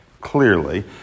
clearly